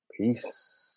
Peace